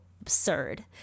absurd